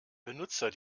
benutzer